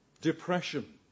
depression